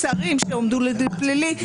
פלילי, שרים שהועמדו לדין פלילי.